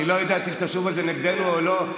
אני לא יודע אם תשתמשו בזה נגדנו או לא.